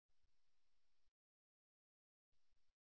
நாம் பேசிக்கொண்டு இருப்பது குறிப்பு நேரம் 3448